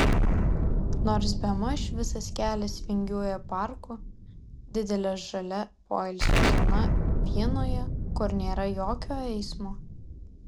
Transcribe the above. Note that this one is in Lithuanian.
nors bemaž visas kelias vingiuoja parku didele žalia poilsio zona vienoje kur nėra jokio eismo